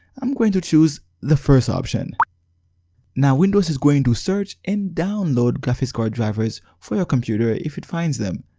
i'm going to choose the first option now windows is going to search and download graphics card drivers for your computer if it finds them.